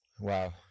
wow